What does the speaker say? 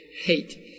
hate